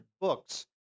books